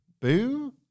Boo